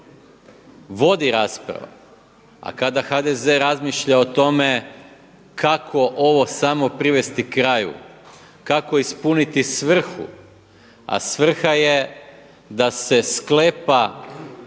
vodi rasprava, a kada HDZ razmišlja o tome kako ovo samo privesti kraju, kako ispuniti svrhu, a svrha je da se sklepa